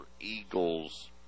eagles